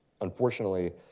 unfortunately